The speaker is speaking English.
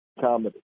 comedy